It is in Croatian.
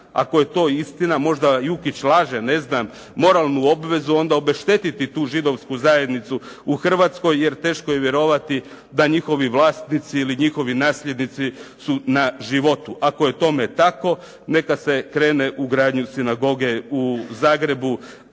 ako je to istina, možda Jukić laže, ne znam, moralnu obvezu onda obeštetiti tu židovsku zajednicu u Hrvatskoj jer teško je vjerovati da njihovi vlasnici ili njihovi nasljednici su na životu. Ako je tome tako neka se krene u gradnju sinagoge u Zagrebu